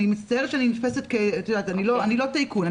אני מצטערת שאני נתפסת כ אני לא טייקון,